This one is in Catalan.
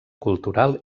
cultural